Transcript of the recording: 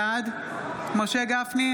בעד משה גפני,